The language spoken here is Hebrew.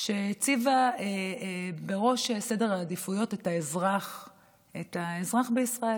שהציבה בראש סדר העדיפויות את האזרח בישראל,